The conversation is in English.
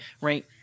right